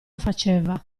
faceva